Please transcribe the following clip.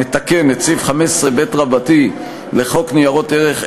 המתקן את סעיף 15ב לחוק ניירות ערך,